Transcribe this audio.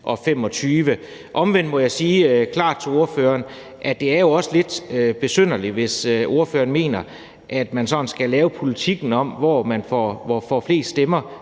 2025. Omvendt må jeg sige klart til ordføreren, at det jo også er lidt besynderligt, hvis ordføreren mener, at man skal lave politikken, efter hvor man får flest stemmer